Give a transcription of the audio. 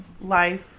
life